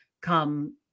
come